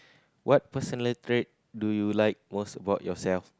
what personal trait do you like most about yourself